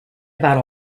about